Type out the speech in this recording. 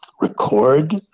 record